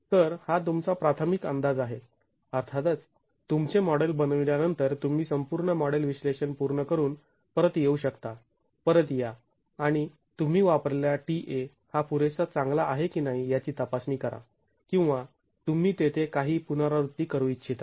तर हा तुमचा प्राथमिक अंदाज आहे अर्थातच तुमचे मॉडेल बनविल्यानंतर तुम्ही संपूर्ण मॉडेल विश्लेषण पूर्ण करून परत येऊ शकता परत या आणि तुम्ही वापरलेला Ta हा पुरेसा चांगला आहे की नाही याची तपासणी करा किंवा तुम्ही तेथे काही पुनरावृत्ती करू इच्छिता